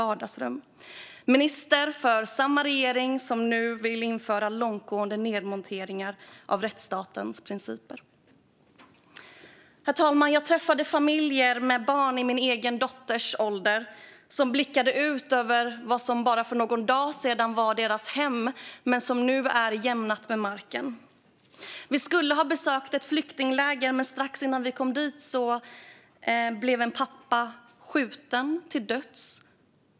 Han är alltså minister i samma regering som nu vill införa långtgående nedmonteringar av rättsstatens principer. Herr talman! Jag träffade familjer med barn i min egen dotters ålder som blickade ut över vad som bara för någon dag sedan var deras hem och som nu är jämnat med marken. Vi skulle ha besökt ett flyktingläger, men strax innan vi kom dit blev en pappa skjuten till döds.